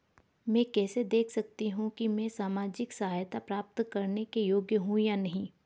मैं कैसे देख सकती हूँ कि मैं सामाजिक सहायता प्राप्त करने के योग्य हूँ या नहीं?